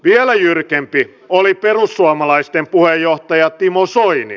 vielä jyrkempi oli perussuomalaisten puheenjohtaja timo soini